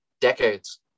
decades